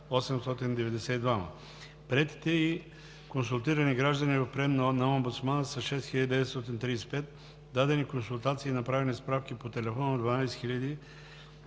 892, приетите и консултирани граждани в приемна на омбудсмана са 6935, дадени консултации и направени справки по телефона – 12 001.